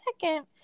second